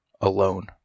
alone